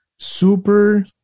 super